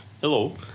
Hello